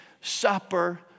Supper